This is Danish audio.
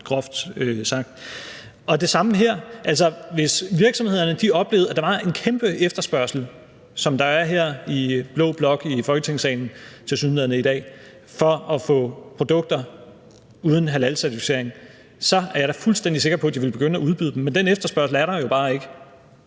groft sagt. Det samme gælder her. Altså, hvis virksomhederne oplevede, at der var kæmpe efterspørgsel, som der tilsyneladende er i blå blok her i Folketingssalen i dag, efter produkter uden halalcertificering, så er jeg da fuldstændig sikker på, at de ville begynde at udbyde dem. Men den efterspørgsel er der jo bare ikke.